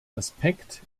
aspekt